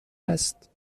است